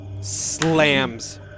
slams